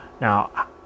Now